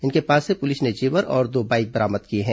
इनके पास से पुलिस ने जेवर और दो बाईक बरामद किए हैं